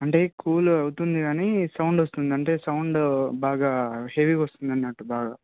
అంటే కూల్ అవుతుంది కానీ సౌండ్ వస్తుంది అంటే సౌండ్ బాగా హెవీగా వస్తుంది అన్నట్టు బాగా